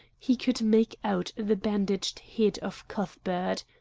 he could make out the bandaged head of cuthbert.